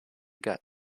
gut